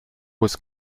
was